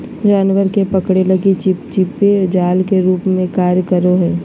जानवर के पकड़े लगी चिपचिपे जाल के रूप में कार्य करो हइ